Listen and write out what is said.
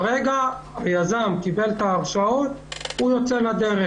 כרגע היזם קיבל את ההרשאות והוא יוצא לדרך.